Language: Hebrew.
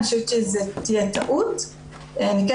אני חושבת שזו תהיה טעות.